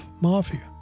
mafia